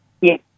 Yes